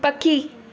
पख़ी